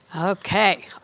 Okay